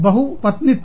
बहु पत्नीत्व